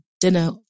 dinner